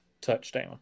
touchdown